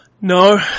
No